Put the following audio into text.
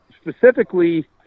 specifically